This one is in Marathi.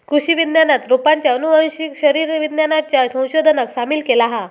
कृषि विज्ञानात रोपांच्या आनुवंशिक शरीर विज्ञानाच्या संशोधनाक सामील केला हा